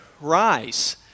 rise